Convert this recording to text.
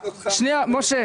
שהזין אותך.